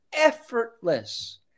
effortless